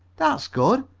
that's good,